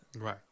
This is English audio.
Right